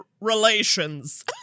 relations